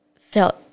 felt